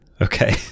Okay